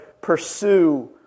pursue